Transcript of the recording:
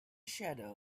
shadow